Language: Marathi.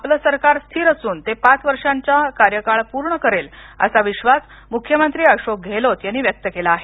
आपलं सरकार स्थिर असून ते पाच वर्षांचा कार्यकाळ पूर्ण करेल असा विश्वास मुख्यमंत्री अशोक गहलोत यांनी व्यक्त केला आहे